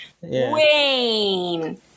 Wayne